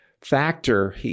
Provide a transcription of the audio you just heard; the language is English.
factor